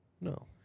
No